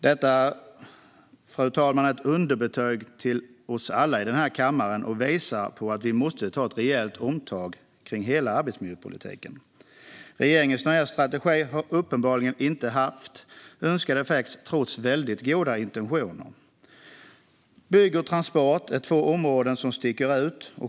Detta är ett underbetyg till oss alla i den här kammaren och visar på att vi måste ta ett rejält omtag kring hela arbetsmiljöpolitiken. Regeringens nya strategi har uppenbarligen inte haft önskad effekt trots väldigt goda intentioner. Bygg och transport är två områden som sticker ut.